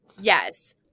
yes